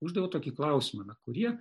uždaviau tokį klausimą na kurie